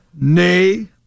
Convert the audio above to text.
nay